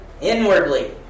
inwardly